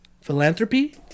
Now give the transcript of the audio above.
philanthropy